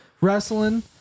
wrestling